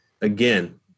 again